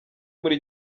muri